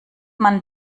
man